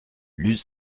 luz